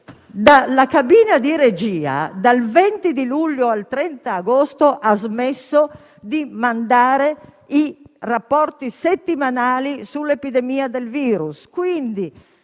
la cabina di regia, dal 20 luglio al 30 agosto, ha smesso di mandare i rapporti settimanali sull'epidemia del virus. Senatrice